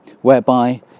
whereby